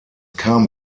kam